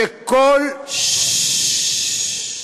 שכל, ששש,